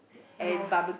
no